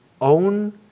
own